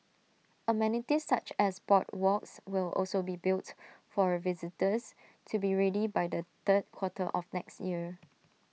amenities such as boardwalks will also be built for A visitors to be ready by the third quarter of next year